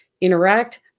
interact